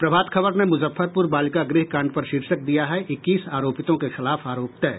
प्रभात खबर ने मुजफ्फरपुर बालिका गृह कांड पर शीर्षक दिया है इक्कीस आरोपितों के खिलाफ आरोप तय